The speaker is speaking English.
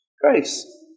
Grace